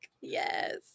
Yes